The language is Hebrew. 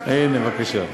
הנה, בבקשה.